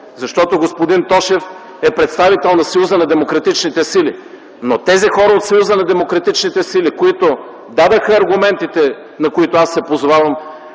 Господин Тошев е представител на Съюза на демократичните сили, но хората от Съюза на демократичните сили, които дадоха аргументите, на които се позовавам,